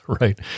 Right